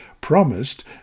promised